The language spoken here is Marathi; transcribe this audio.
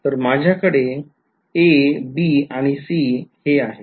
तर माझ्याकडे a b आणि c हे आहेत